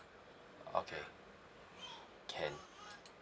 okay can